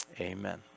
Amen